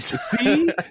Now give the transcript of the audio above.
See